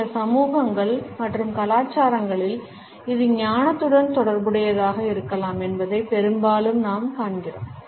சில சமூகங்கள் மற்றும் கலாச்சாரங்களில் இது ஞானத்துடன் தொடர்புடையதாக இருக்கலாம் என்பதை பெரும்பாலும் நாம் காண்கிறோம்